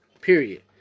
Period